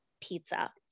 pizza